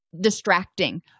distracting